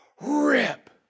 rip